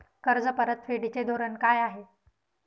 कर्ज परतफेडीचे धोरण काय आहे?